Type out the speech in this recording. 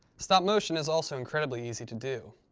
stop motion is also incredibly easy to do.